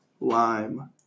lime